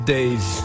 Days